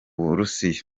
burusiya